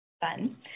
Fun